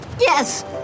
Yes